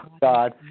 God